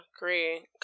agree